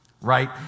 right